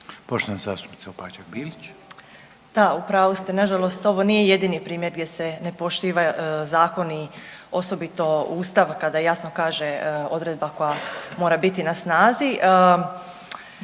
Poštovana zastupnica Opačak Bilić.